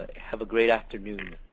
have a great afternoon.